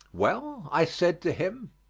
well, i said to him,